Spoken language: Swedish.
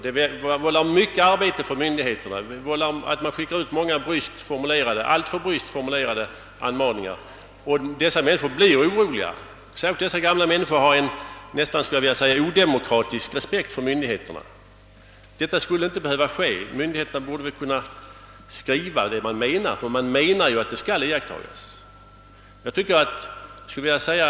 Det innebär mycket arbete för myndigheterna att skicka ut en mängd bryskt formulerade anmaningar — alltför bryskt tycker jag nog — och mottagarna blir oroliga; särskilt gamla människor har en nästan odemokratisk respekt för myndigheterna. Detta skulle inte behöva ske. Myndigheterna borde i anvisningarna kunna ange vad de menar. Och de menar ju att bestämmelserna »skall» iakttagas.